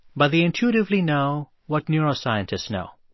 but they intuitively know what neuroscientists know.